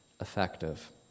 effective